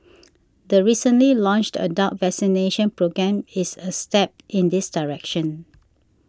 the recently launched adult vaccination programme is a step in this direction